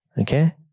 Okay